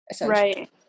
right